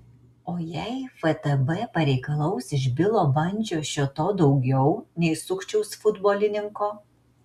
o jei ftb pareikalaus iš bilo bandžio šio to daugiau nei sukčiaus futbolininko